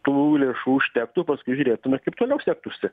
tų lėšų užtektų paskui žiūrėtume kaip toliau sektųsi